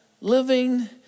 living